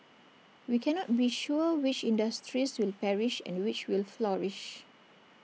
we cannot be sure which industries will perish and which will flourish